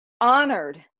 Honored